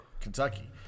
Kentucky